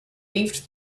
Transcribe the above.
leafed